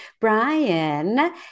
Brian